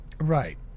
Right